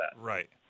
Right